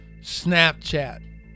Snapchat